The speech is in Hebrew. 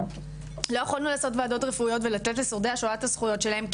לא יכולנו לעשות וועדות רפואיות ולתת לשורדי השואה את הזכויות שלהם,